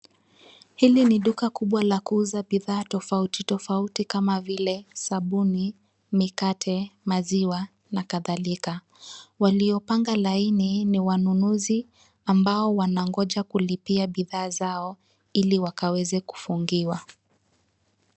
Hili ni duka kubwa la kuuza bidhaa tofauti tofauti, kama vile sabuni, mikate, maziwa na kadhalika. Waliopanga laini ni wanunuzi ambao wanangoja kulipia bidhaa zao, ili wakaweze kufungiwa.